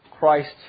Christ